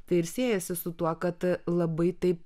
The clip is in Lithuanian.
tai ir siejasi su tuo kad labai taip